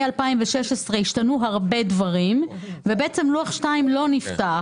מ-2016 השתנו הרבה דברים ובעצם לוח 2 לא נפתח